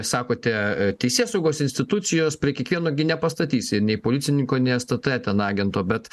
sakote teisėsaugos institucijos prie kiekvieno gi nepastatysi nei policininko nei stt ten agento bet